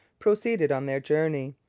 proceeded on their journey.